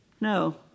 No